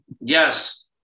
Yes